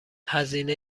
هزینه